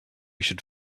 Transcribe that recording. should